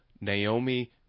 Naomi